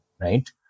right